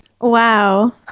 Wow